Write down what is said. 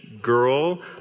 girl